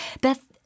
Beth